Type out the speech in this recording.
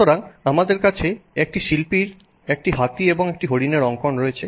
সুতরাং আমাদের কাছে একটি শিল্পীর একটি হাতি এবং একটি হরিণের অঙ্কন রয়েছে